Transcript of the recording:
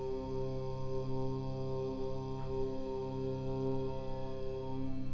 to